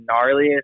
gnarliest